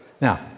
Now